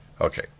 Okay